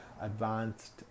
advanced